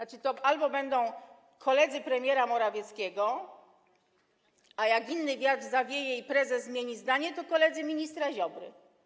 Albo to będą koledzy premiera Morawieckiego, a jak inny wiatr zawieje i prezes zmieni zdanie, to koledzy ministra Ziobry.